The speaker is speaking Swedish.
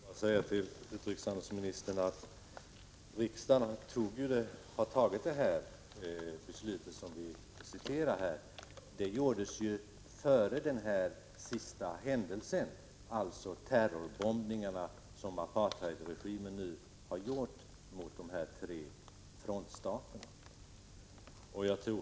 Fru talman! Jag vill till utrikeshandelsministern säga att riksdagen fattade det beslut som vi åberopar före den senaste händelsen, alltså apartheidregimens terrorbombningar mot de tre frontstaterna.